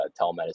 telemedicine